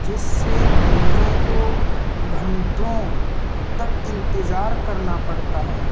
جس سے مریضوں کو گھنٹوں تک انتظار کرنا پڑتا ہے